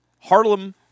Harlem